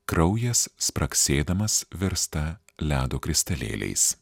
kraujas spragsėdamas virsta ledo kristalėliais